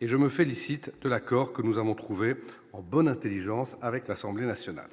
et je me félicite de l'accord que nous avons trouvé en bonne Intelligence avec l'Assemblée nationale